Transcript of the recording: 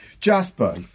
Jasper